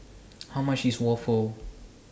How much IS Waffle